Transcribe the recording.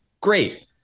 Great